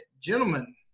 Gentlemen